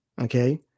okay